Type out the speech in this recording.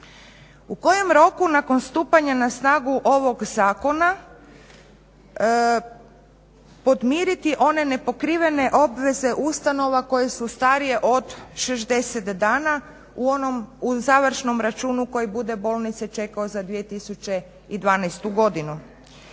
U kojem roku nakon stupanja na snagu ovog zakona podmiriti one nepokrivene obveze ustanova koje su starije od 60 dana u završnom računu koji bude bolnice čekao za 2012.godinu?